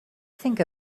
think